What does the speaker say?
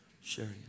sharing